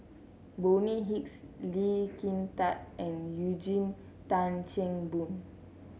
Bonny Hicks Lee Kin Tat and Eugene Tan Kheng Boon